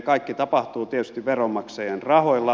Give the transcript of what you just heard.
kaikki tapahtuu tietysti veronmaksajien rahoilla